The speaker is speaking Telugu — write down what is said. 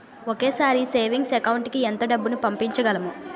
ఒకేసారి సేవింగ్స్ అకౌంట్ కి ఎంత డబ్బు పంపించగలము?